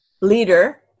leader